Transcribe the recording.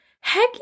heck